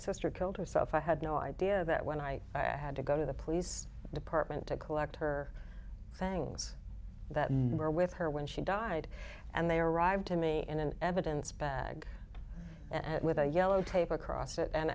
sister killed herself i had no idea that when i i had to go to the police department to collect her things that were with her when she died and they arrived to me in an evidence bag and with a yellow tape across it and